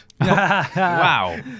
Wow